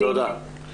תודה.